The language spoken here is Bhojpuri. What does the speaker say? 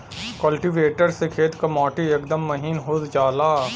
कल्टीवेटर से खेत क माटी एकदम महीन हो जाला